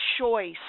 choice